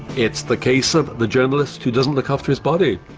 it's the case of the journalist who doesn't look after his body.